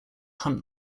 hunt